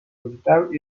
brutal